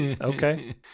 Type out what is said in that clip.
okay